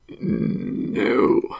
No